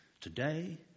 today